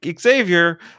Xavier